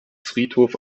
friedhof